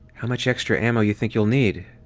how much extra ammo you think you'll need?